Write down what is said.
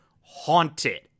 Haunted